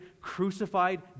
crucified